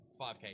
5k